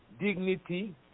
dignity